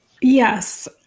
Yes